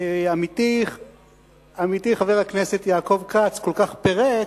עמיתי חבר הכנסת יעקב כץ כל כך פירט,